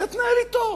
את זה תנהל אתו.